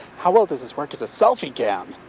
how well does this work as a selfie cam!